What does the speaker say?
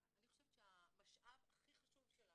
אני חושבת שהמשאב הכי חשוב שלנו,